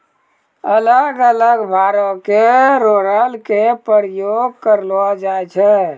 अलग अलग भारो के रोलर के प्रयोग करलो जाय छै